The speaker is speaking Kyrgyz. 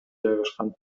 жайгашкан